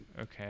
Okay